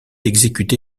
exécuté